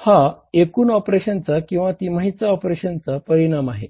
हा एकूण ऑपरेशन्सचा आहे